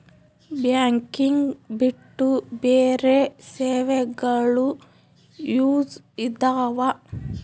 Banking ಬಿಟ್ಟು ಬೇರೆ ಸೇವೆಗಳು ಯೂಸ್ ಇದಾವ?